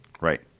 right